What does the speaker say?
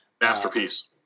Masterpiece